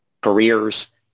careers